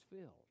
filled